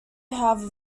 have